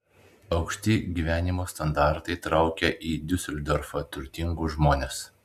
aukšti gyvenimo standartai traukia į diuseldorfą turtingus žmones